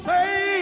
say